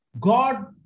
God